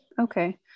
okay